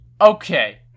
Okay